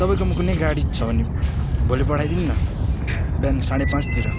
तपाईँकोमा कुनै गाडी छ भने भोलि पठाइदिनु न बिहान साँढे पाँचतिर